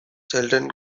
children